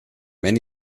many